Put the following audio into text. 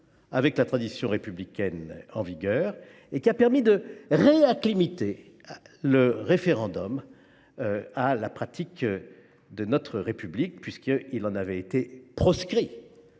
avec la tradition républicaine antérieure, car elle a permis de réacclimater le référendum à la pratique de notre République alors qu’il en avait été proscrit